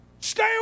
stay